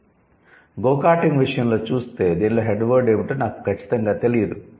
'go karting' విషయంలో చూస్తే దీన్లో 'హెడ్ వర్డ్' ఏమిటో నాకు ఖచ్చితంగా తెలియదు